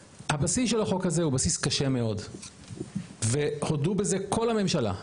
הבסיס של החוק הזה הוא בסיס קשה מאוד והודו בזה כל הממשלה,